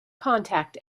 contact